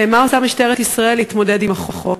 3. מה עושה משטרת ישראל כדי להתמודד עם ביצוע החוק?